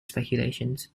speculations